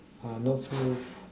not so